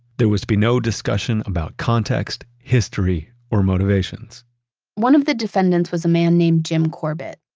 there was to be no discussion about context, history or motivations one of the defendants was a man named jim corbett.